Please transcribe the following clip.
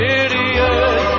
idiot